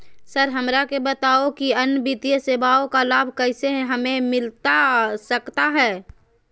Sir हमरा के बताओ कि अन्य वित्तीय सेवाओं का लाभ कैसे हमें मिलता सकता है?